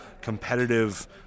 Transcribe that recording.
competitive